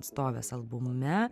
atstovės albume